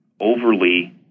overly